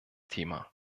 thema